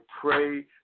pray